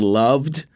loved